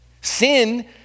Sin